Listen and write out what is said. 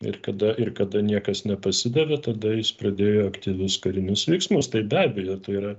ir kada ir kada niekas nepasidavė tada jis pradėjo aktyvius karinius veiksmus tai be abejo tai yra